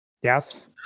Yes